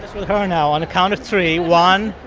this with her now. on the count of three one,